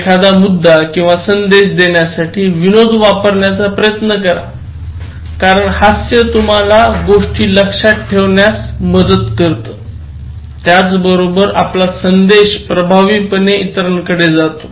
एखादा मुद्दा किंवा संदेश देण्यासाठी विनोद वापरण्याचा प्रयत्न करा कारण हास्य तुम्हाला गोष्टी लक्षात ठेवण्यास मदत करत त्याचबरोबर आपला संदेश प्रभावीपणे इतरांकडे जातो